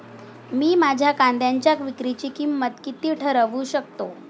मी माझ्या कांद्यांच्या विक्रीची किंमत किती ठरवू शकतो?